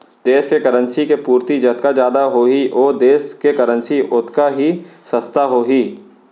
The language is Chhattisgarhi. देस के करेंसी के पूरति जतका जादा होही ओ देस के करेंसी ओतका ही सस्ता होही